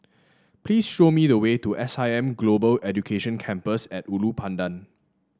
please show me the way to S I M Global Education Campus at Ulu Pandan